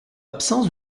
absence